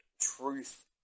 truth